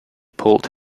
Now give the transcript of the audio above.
pulled